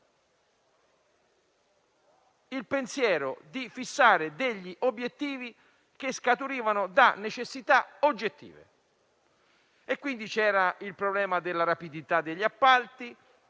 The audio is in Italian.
il pensiero di fissare degli obiettivi che scaturivano da necessità oggettive. C'era il problema della rapidità degli appalti;